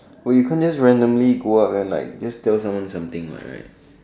we couldn't just randomly just go out then just tell you someone something like right